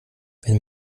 wenn